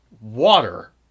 Water